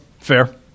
fair